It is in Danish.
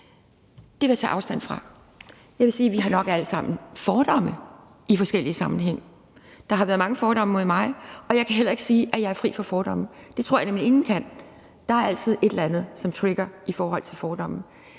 Det vil jeg tage afstand fra. Jeg vil sige, at vi nok alle sammen har fordomme i forskellige sammenhænge. Der har været mange fordomme mod mig, og jeg kan heller ikke sige, at jeg er fri for fordomme. Det tror jeg nemlig ingen kan. Der er altid et eller andet, som trigger en i forhold til fordomme.